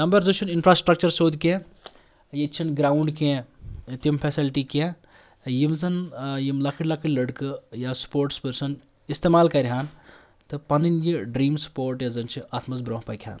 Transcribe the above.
نمبرزٕچھنہٕ infrastructure سیٚود کیٛنٚہہ ییتہِ چھنہٕ گراوُنڈ کیٛنٚہہ تِم فیسلٹی کیٛنٚہہ یِم زن یم لۄکٕٹۍ لۄکٕٹۍ لڑکہٕ یا سَپورٹس پرسَن استعمال کرٕن تہِ پَنٕنۍ یہِ ڈریٖم سَپورٹ یُس زن چھِ اتھ منٛز برونہہ پکہٕ ہَن